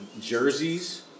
jerseys